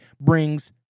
brings